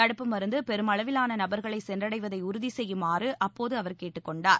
தடுப்பு மருந்து பெருமளவிலான நபர்களை சென்றடைவதை உறுதி செய்யுமாறு அவர் அப்போது கேட்டுக் கொண்டார்